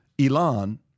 Elon